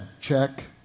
Check